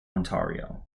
ontario